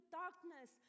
darkness